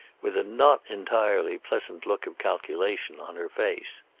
with a not entirely pleasant look of calculation on her face.